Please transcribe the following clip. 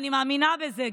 אני מאמינה בזה,